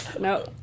No